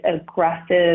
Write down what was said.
aggressive